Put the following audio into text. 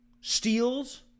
steals